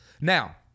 Now